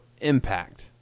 impact